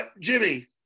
Jimmy